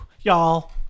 Y'all